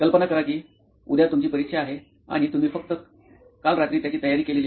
कल्पना करा कि उदय तुमची परीक्षा आहे आणि तुम्ही फक्त काळ रात्री त्याची तयारी केलेली आहे